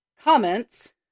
Comments